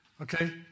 Okay